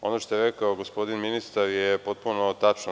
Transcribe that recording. Ono što je rekao gospodin ministar je potpuno tačno.